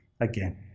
again